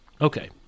Okay